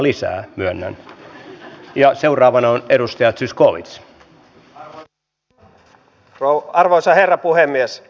sitä voimme lisätä kustannusneutraalisti lainsäädäntöä kehittämällä sekä tietysti lisäämällä resursseja